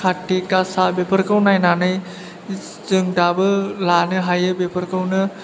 कार्ति गासा बेफोरखौ नायनानै जों दाबो लानो हायो बेफोरखौनो